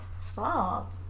Stop